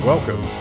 Welcome